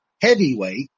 heavyweight